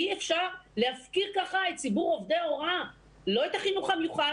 אי-אפשר להפקיר ככה את ציבור עובדי ההוראה; לא את החינוך המיוחד,